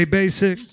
Basic